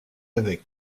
avec